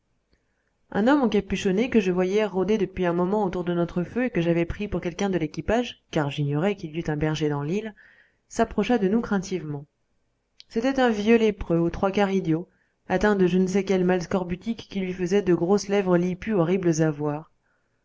un homme encapuchonné que je voyais rôder depuis un moment autour de notre feu et que j'avais pris pour quelqu'un de l'équipage car j'ignorais qu'il y eût un berger dans l'île s'approcha de nous craintivement c'était un vieux lépreux aux trois quarts idiot atteint de je ne sais quel mal scorbutique qui lui faisait de grosses lèvres lippues horribles à voir